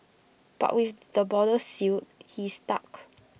but with the borders sealed he's stuck